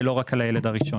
ולא רק על הילד הראשון.